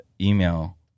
email